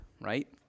right